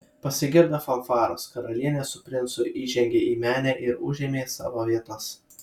pasigirdo fanfaros karalienė su princu įžengė į menę ir užėmė savo vietas